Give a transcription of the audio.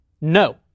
no